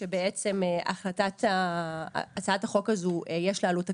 בעצם הצעת החוק הזו, יש לה עלות תקציבית,